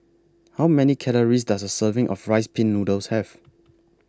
How Many Calories Does A Serving of Rice Pin Noodles Have